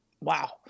wow